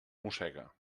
mossega